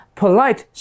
polite